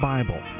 Bible